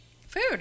Food